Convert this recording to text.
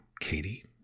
Katie